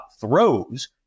throws